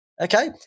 Okay